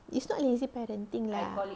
it's not lazy parenting lah